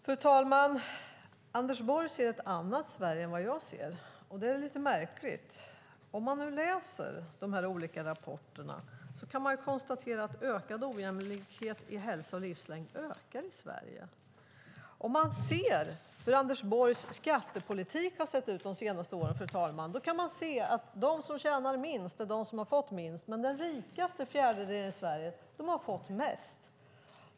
Fru talman! Anders Borg ser ett annat Sverige än vad jag ser. Det är lite märkligt. Om man läser de olika rapporterna kan man konstatera att ökad ojämlikhet i hälsa och livslängd ökar i Sverige. Om man tittar på hur Anders Borgs skattepolitik har sett ut de senaste åren framgår att de som tjänar minst är de som har fått minst men de som utgör den rikaste fjärdedelen i Sverige har fått mest.